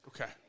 Okay